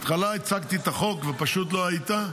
--- בהתחלה הצגתי את החוק ופשוט לא היית.